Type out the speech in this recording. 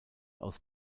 aus